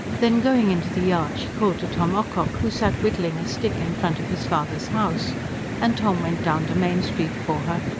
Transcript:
then going into the yard, she called to tom ocock, who sat whittling a stick in front of his father's house and tom went down to main street for her,